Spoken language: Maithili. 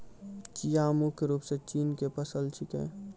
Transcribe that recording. चिया मुख्य रूप सॅ चीन के फसल छेकै